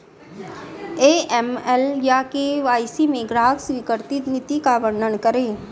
AML या KYC में ग्राहक स्वीकृति नीति का वर्णन करें?